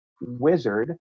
wizard